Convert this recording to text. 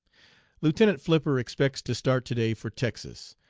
lieutenant flipper expects to start to-day for texas.